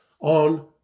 on